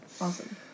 awesome